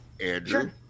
Andrew